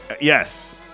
Yes